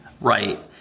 right